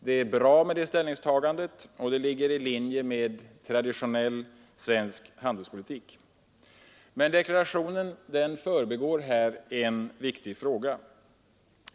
Detta ställningstagande är bra och ligger i linje med traditionell svensk handelspolitik. Deklarationen förbigår dock här en viktig fråga.